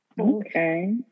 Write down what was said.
Okay